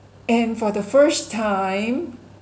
and for the first time